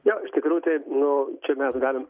jo iš tikrųjų tai nu čia mes galim